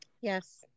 yes